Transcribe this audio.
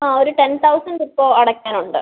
ആ ഒരു ten thousand ഇപ്പോള് അടയ്ക്കാൻ ഉണ്ട്